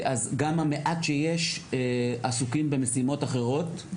אז גם המעט שיש, עסוקים במשימות אחרות,